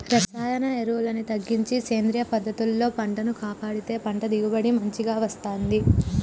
రసాయన ఎరువుల్ని తగ్గించి సేంద్రియ పద్ధతుల్లో పంటను కాపాడితే పంట దిగుబడి మంచిగ వస్తంది